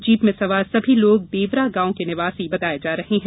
jeep में सवार सभी लोग देवरा गांव के निवासी बताये जा रहे हैं